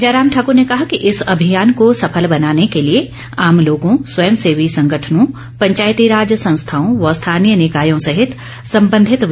जयराम ठाकुर ने कहा कि इस अभियान को सफल बनाने के लिए आम लोगों स्वयं सेवी संगठनों पंचायतीराज संस्थाओं व स्थानीय निकायों सहित संबंधित विभागों को जोड़ा जाएगा